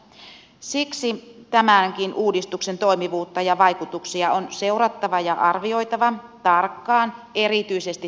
siksi tämänkin uudistuksen toimivuutta ja vaikutuksia on seurattava ja arvioitava tarkkaan erityisesti tästä näkökulmasta